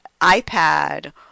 iPad